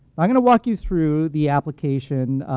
i'm going to walk you through the application,